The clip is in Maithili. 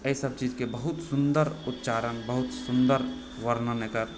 एहि सब चीजकेँ बहुत सुन्दर उच्चारण बहुत सुन्दर वर्णन एतय